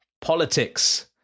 politics